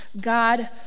God